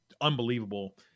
unbelievable